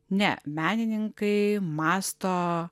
ne menininkai mąsto